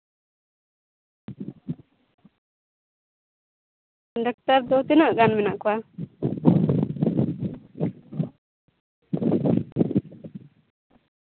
doctor ᱫᱚ ᱛᱤᱱᱟᱹᱜ ᱜᱟᱱ ᱢᱮᱱᱟᱜ ᱠᱚᱣᱟ